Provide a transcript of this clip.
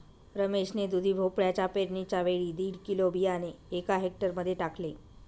रमेश ने दुधी भोपळ्याच्या पेरणीच्या वेळी दीड किलो बियाणे एका हेक्टर मध्ये टाकले